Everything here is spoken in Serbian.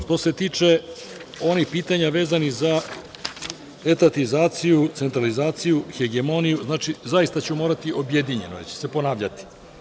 Što se tiče onih pitanja vezanih za etatizaciju, centralizaciju, hegemnoniju, zaista ću morati objedinjeno, jer ću se ponavljati.